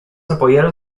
apoyaron